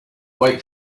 wait